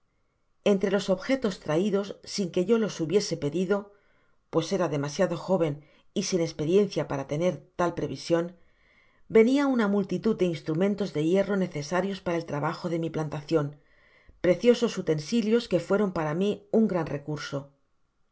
entre los objetos traidos sin que yo los hubiese pedido pues era demasiado jóven y sin esperiencia para tener tal prevision venia una multitud de instrumentos de hierro necesarios para el trabajo de mi plantacion preciosos utensilios que fcieron para mi un gran recurso